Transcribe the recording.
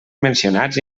mencionats